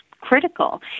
critical